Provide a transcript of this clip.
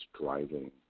driving